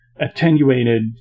attenuated